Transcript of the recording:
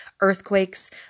earthquakes